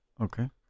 Okay